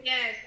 Yes